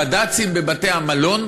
הבד"צים בבתי-המלון